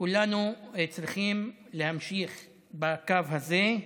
כולנו צריכים להמשיך בקו הזה,